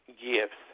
gifts